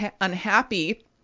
unhappy